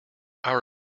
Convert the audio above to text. our